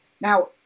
Now